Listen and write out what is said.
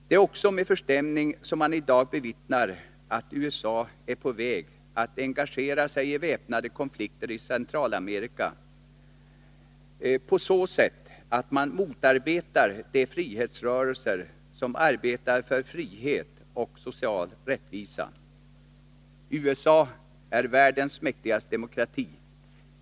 Det är också med förstämning som man i dag bevittnar att USA är på väg att engagera sig i väpnade konflikter i Centralamerika på så sätt att man motarbetar de frihetsrörelser som arbetar för frihet och social rättvisa. USA är världens mäktigaste demokrati.